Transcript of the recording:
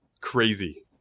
crazy